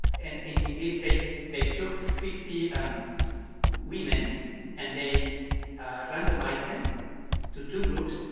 and in in this they they took fifty women and they randomized them to two groups.